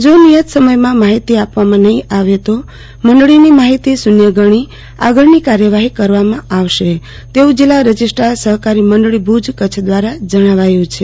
જો નિયત સમયમાં માહિતી આપવામાં નફીં આવે તો મંડળીની માહિતી શુન્ય ગણી આગળનીકાર્ચવાફી કરવામાં આવશે તેવું જિલ્લા રજીસ્ટ્રાર સફકારી મંડળીઓ ભુજ કચ્છ દ્વારા જણાવાયુંછે